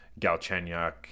Galchenyuk